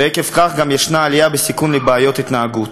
ועקב כך גם יש עלייה בסיכון לבעיות התנהגות.